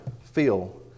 feel